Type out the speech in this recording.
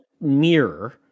mirror